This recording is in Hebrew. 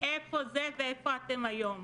איפה זה ואיפה אתם היום?